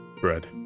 bread